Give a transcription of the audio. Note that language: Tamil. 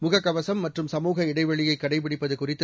முகக்கவசம் மற்றும் சமூக இடைவெளியை கடைபிடிப்பது குறித்து